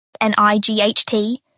N-I-G-H-T